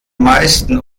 meisten